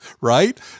right